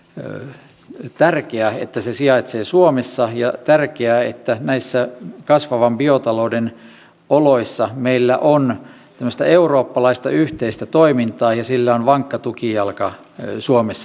on tärkeää että euroopan metsäinstituutti sijaitsee suomessa ja on tärkeää että näissä kasvavan biotalouden oloissa meillä on tämmöistä eurooppalaista yhteistä toimintaa ja sillä on vankka tukijalka suomessa